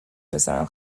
پسرم